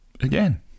again